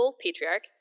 patriarch